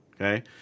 Okay